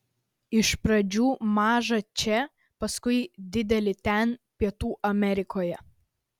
iš pradžių mažą čia paskui didelį ten pietų amerikoje